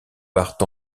partent